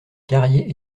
carrier